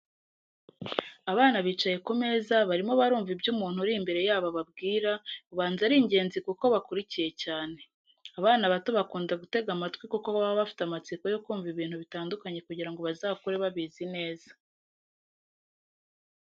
Abana bicaye ku meza barimo barumva ibyo umuntu uri imbere yabo ababwira, ubanza ari ingenzi kuko bakurikiye cyane. Abana bato bakunda gutega amatwi kuko baba bafite amatsiko yo kumva ibintu bitandukanye kugira ngo bazakure babizi neza.